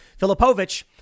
Filipovich